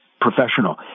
professional